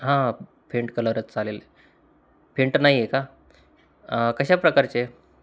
हां फेंट कलरच चालेल फेंट नाही आहे का कशा प्रकारचे